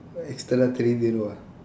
extra three zero ah